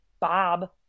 Bob